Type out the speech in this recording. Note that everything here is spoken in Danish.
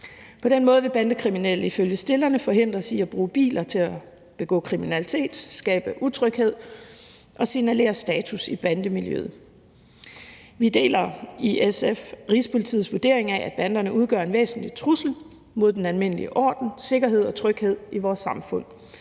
På den måde vil bandekriminelle ifølge forslagsstillerne forhindres i at bruge biler til at begå kriminalitet, skabe utryghed og signalere status i bandemiljøet. Vi deler i SF Rigspolitiets vurdering af, at banderne udgør en væsentlig trussel mod den almindelige orden, sikkerhed og tryghed i vores samfund,